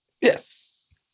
yes